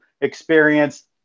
experience